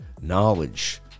knowledge